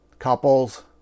Couples